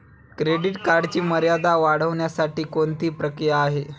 Credit कार्डची मर्यादा वाढवण्यासाठी कोणती प्रक्रिया आहे?